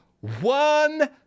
one